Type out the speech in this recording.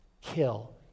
kill